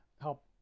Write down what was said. help